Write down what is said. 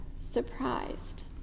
surprised